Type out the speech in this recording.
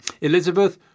Elizabeth